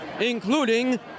Including